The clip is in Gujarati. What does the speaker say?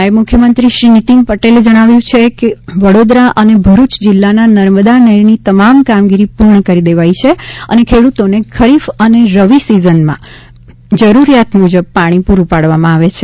નાયબ મુખ્યમંત્રી શ્રી નીતિનભાઇ પટેલે જણાવ્યું છે કે વડોદરા અને ભરૂચ જિલ્લાના નર્મદા નહેરની તમામ કામગીરી પૂર્ણ કરી દેવાઈ છે અને ખેડૂતોને ખરીફ અને રવિ સિઝનમાં જરૂરિયાત મુજબ પાણી પૂરું પાડવામાં આવે છે